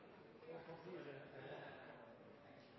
Ja,